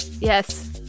yes